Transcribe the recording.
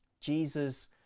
Jesus